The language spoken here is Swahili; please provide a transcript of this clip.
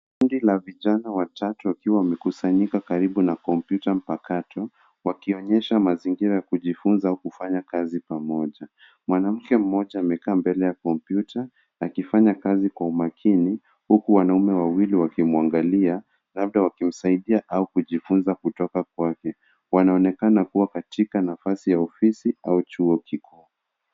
Kundi la vijana watatu wakiwa wamekusanyika karibu na kompyuta mpakato wakionyeshwa mazuri ya kujifunza kufanya kazi pamoja. Mwanamke mmoja amekaa mbele ya kompyuta akifanya kazi kwa umakini, huku wanaume wawili wakimwangalia labda wakimsaidia au kujifunza kutoka kwake. Wanaonekana kuwa katika nafasi ya ofisi au chuo kikuu.